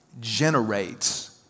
generates